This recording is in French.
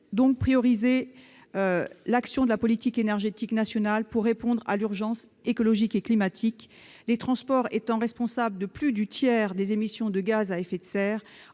donc prioriser la politique énergétique nationale pour répondre à l'urgence écologique et climatique. Les transports, responsables de plus du tiers des émissions de gaz à effet de serre